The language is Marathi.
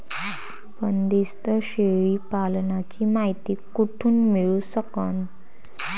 बंदीस्त शेळी पालनाची मायती कुठून मिळू सकन?